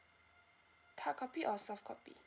hard copy or soft copy